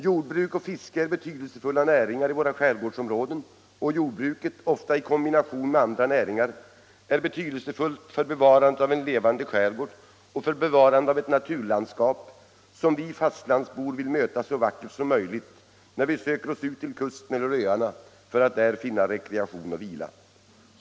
Jordbruk och fiske är betydelsefulla näringar i våra skärgårdsområden och jordbruket — ofta i kombination med andra näringar — är betydelsefullt för bevarandet av en levande skärgård och för bevarandet av ett naturlandskap, som vi fastlandsbor vill möta så vackert som möjligt när vi söker oss ut till kusten eller öarna för att där finna rekreation och vila.